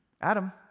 Adam